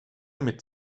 mit